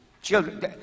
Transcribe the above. children